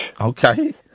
Okay